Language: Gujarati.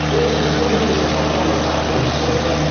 એ જ જસુબહેનની સફળતાનો સાચો હિસ્સો છે